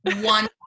One